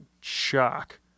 shock